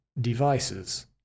devices